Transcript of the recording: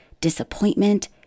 disappointment